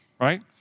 Right